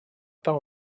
pas